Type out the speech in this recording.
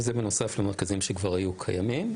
וזאת בנוסף למרכזים שכבר היו קיימים.